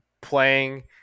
playing